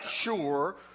sure